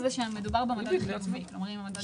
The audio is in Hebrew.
אני לא דורש מהקרן להשתתף איתי בנכסים לא סחירים שהיא כבר רכשה,